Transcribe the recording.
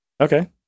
Okay